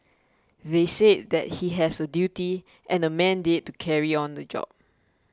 they said that he has a duty and a mandate to carry on in the job